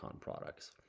products